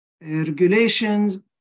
regulations